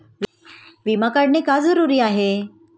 विमा काढणे का जरुरी आहे?